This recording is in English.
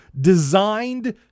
designed